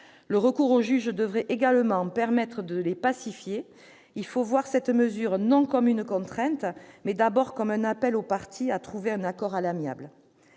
Le recours au juge devrait également permettre de les pacifier : il faut voir cette mesure, non comme une contrainte, mais d'abord comme un appel aux parties à trouver un accord à l'amiable.